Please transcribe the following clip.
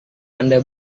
anda